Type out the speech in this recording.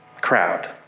crowd